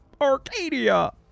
Arcadia